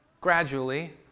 gradually